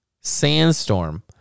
sandstorm